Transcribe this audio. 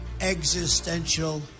existential